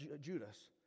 Judas